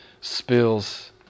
spills